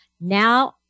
Now